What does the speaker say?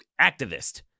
activist